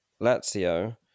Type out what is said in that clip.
Lazio